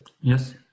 Yes